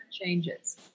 changes